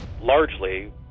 largely